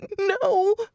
No